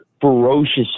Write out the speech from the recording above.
ferocious